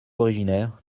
originaire